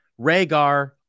Rhaegar